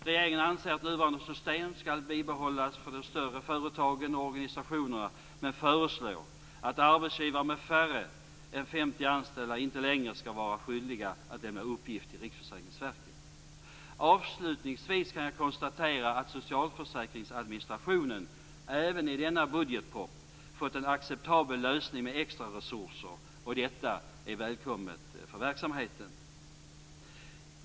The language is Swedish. Regeringen anser att nuvarande system skall bibehållas för de större företagen och organisationerna men föreslår att arbetsgivare med färre än 50 anställda inte längre skall vara skyldiga att lämna uppgift till Avslutningsvis kan jag konstatera att socialförsäkringsadministrationen även i denna budgetproposition fått en acceptabel lösning med extra resurser. Detta är välkommet för verksamheten.